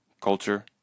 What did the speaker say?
culture